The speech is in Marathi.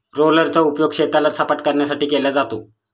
रोलरचा उपयोग शेताला सपाटकरण्यासाठी केला जातो